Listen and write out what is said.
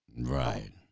Right